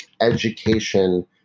education